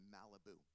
Malibu